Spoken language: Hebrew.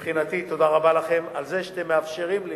מבחינתי, תודה רבה לכם על זה שאתם מאפשרים לי